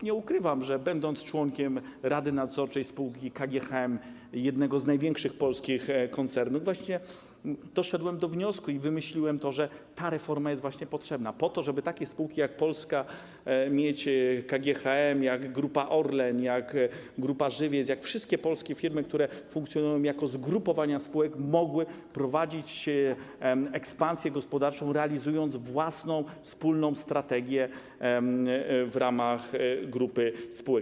Nie ukrywam, że będąc członkiem rady nadzorczej spółki KGHM, jednego z największych polskich koncernów, doszedłem do wniosku i wymyśliłem, że ta reforma jest potrzebna właśnie po to, żeby takie spółki jak Polska Miedź, KGHM, Grupa Orlen, Grupa Żywiec - jak wszystkie polskie firmy, które funkcjonują jako zgrupowania spółek, mogły prowadzić ekspansję gospodarczą, realizując własną wspólną strategię w ramach grupy spółek.